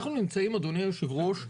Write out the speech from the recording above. אנחנו נמצאים אדוני היושב ראש,